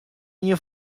ien